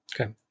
Okay